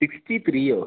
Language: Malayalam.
സിക്സ്റ്റി ത്രീയോ